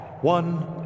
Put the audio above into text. one